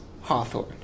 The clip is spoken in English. Hawthorne